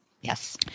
Yes